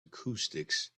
acoustics